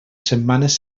setmanes